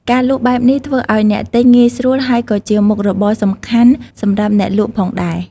ការលក់បែបនេះធ្វើឲ្យអ្នកទិញងាយស្រួល ហើយក៏ជាមុខរបរសំខាន់សម្រាប់អ្នកលក់ផងដែរ។